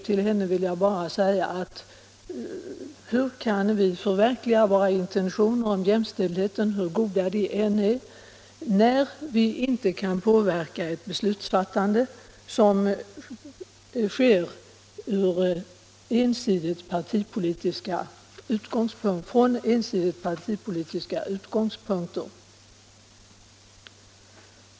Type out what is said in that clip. Men hur kan vi, fru Nordlander, förverkliga våra intentioner om jämställdheten, hur goda de än är, när vi inte kan påverka ett beslutsfattande som sker från ensidigt partipolitiska utgångspunkter?